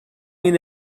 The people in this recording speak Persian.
این